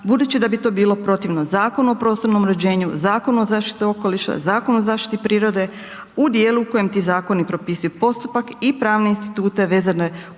budući da bi to bilo protivno Zakonu o prostornom uređenju, Zakonom o zaštiti okoliša, Zakonom o zaštiti prirode u djelu u kojem ti zakoni propisuju postupak i pravne institute vezane uz